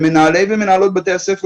למנהלי ולמנהלות בתי הספר,